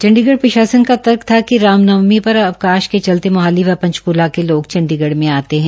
चंडीगढ़ प्रशासन का तर्क था कि रामनवमी पर अवकाश के चलते मोहाली व पंचक्ला के लोग चंडीगढ़ में आते है